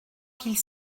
qu’ils